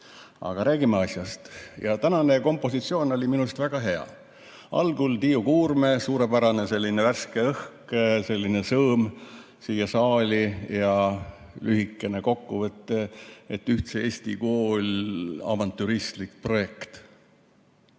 Aga räägime asjast. Tänane kompositsioon oli minu arust väga hea. Algul Tiiu Kuurme, suurepärane, selline sõõm värsket õhku siia saali ja lühikene kokkuvõte, et ühtne eesti kool on avantüristlik projekt.